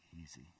easy